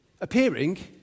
appearing